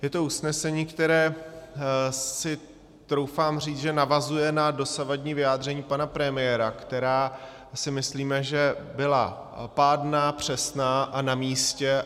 Je to usnesení, které, troufám si říci, navazuje na dosavadní vyjádření pana premiéra, která, myslíme si, že byla pádná, přesná a namístě.